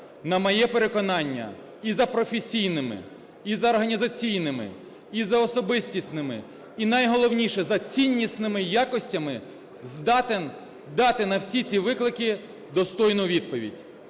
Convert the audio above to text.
на моє переконання, і за професійними, і за організаційними, і за особистісними, і, найголовніше, за ціннісними якостями здатен дати на всі ці виклики достойну відповідь.